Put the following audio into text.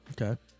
Okay